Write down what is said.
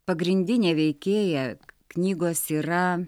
pagrindinė veikėja knygos yra